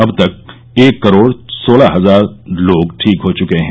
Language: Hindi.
अब तक एक करोड सोलह हजार लोग ठीक हो चुके हैं